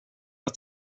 aus